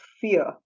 fear